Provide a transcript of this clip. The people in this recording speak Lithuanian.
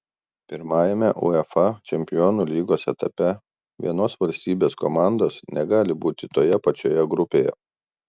pirmajame uefa čempionų lygos etape vienos valstybės komandos negali būti toje pačioje grupėje